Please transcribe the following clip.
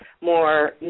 more